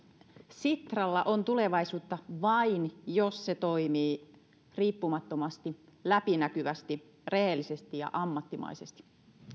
sitralla on tulevaisuutta vain jos se toimii riippumattomasti läpinäkyvästi rehellisesti ja ammattimaisesti